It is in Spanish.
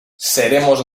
seremos